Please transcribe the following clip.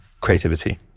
creativity